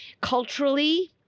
culturally